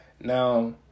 Now